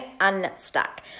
unstuck